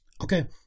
Okay